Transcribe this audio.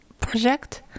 project